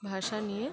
ভাষা নিয়ে